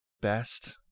best